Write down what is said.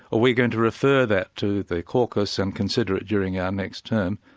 we're going to refer that to the caucus and consider it during our next term.